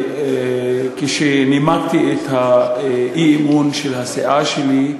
שאמרתי כשנימקתי את הצעת האי-אמון של הסיעה שלי,